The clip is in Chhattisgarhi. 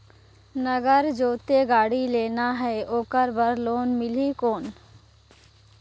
नागर जोते गाड़ी लेना हे ओकर बार लोन मिलही कौन?